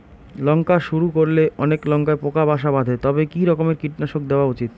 লঙ্কা হওয়া শুরু করলে অনেক লঙ্কায় পোকা বাসা বাঁধে তবে কি রকমের কীটনাশক দেওয়া উচিৎ?